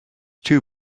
too